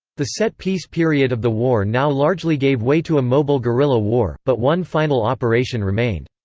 the set-piece period of the war now largely gave way to a mobile guerrilla war, but one final operation remained.